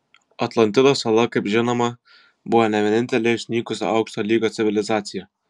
atlantidos sala kaip žinoma buvo ne vienintelė išnykusi aukšto lygio civilizacija